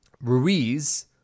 Ruiz